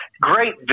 great